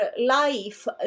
life